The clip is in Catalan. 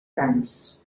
grans